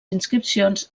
inscripcions